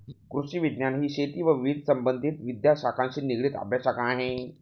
कृषिविज्ञान ही शेती व विविध संबंधित विद्याशाखांशी निगडित अभ्यासशाखा आहे